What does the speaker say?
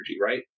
right